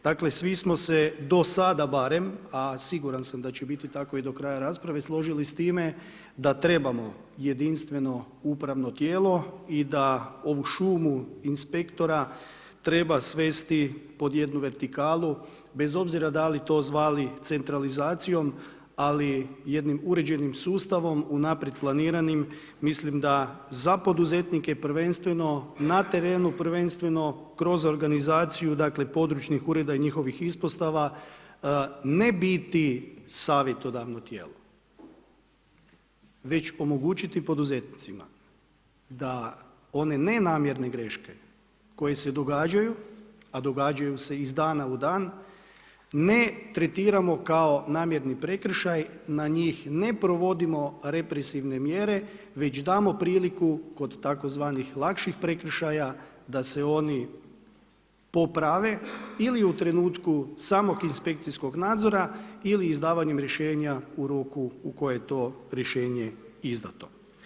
Dakle, svi smo se do sada barem a siguran sam da će biti tako i do kraja rasprave, složili s time da trebamo jedinstveno upravno tijelo i da ovu šumu inspektora treba svesti pod jednu vertikalu bez obzira da li to zvali centralizacijom ali jedinim uređenim sustavom unaprijed planiranim, mislim da za poduzetnike prvenstveno na terenu prvenstveno kroz organizaciju dakle područnih ureda i njihovih ispostava, ne biti savjetodavno tijelo već omogućiti poduzetnicima da one nenamjerne greške koje se događaju a događaju se iz dana u dan, ne tretiramo kao namjerni prekršaj, na njih ne provodimo represivne mjere već damo priliku kod tzv. lakših prekršaja da se oni poprave ili u trenutku samog inspekcijskog nadzora ili izdavanjem rješenja u ruku u koje je to rješenje izdato.